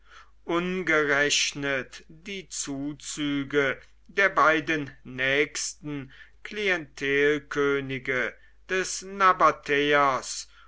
ungerechnet die zuzüge der beiden nächsten klientelkönige des